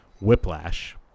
Whiplash